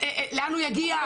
לאן הוא יגיע.